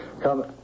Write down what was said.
come